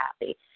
happy